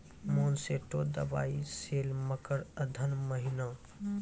Monsanto दवाई sale मकर अघन महीना,